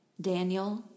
Daniel